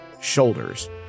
shoulders